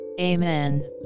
Amen